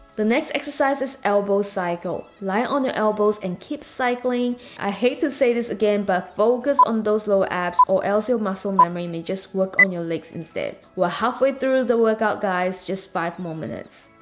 the next exercise is elbows cycle lie on your elbows and keep cycling i hate to say this again, but focus on those lower abs or else your muscle memory may just work on your legs instead we are halfway through the workout guys just five more minutes